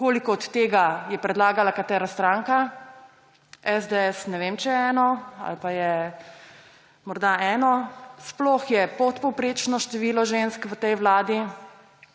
koliko od tega je predlagala katera stranka; ne vem, če je SDS eno ali pa je morda eno, sploh je podpovprečno število žensk v tej vladi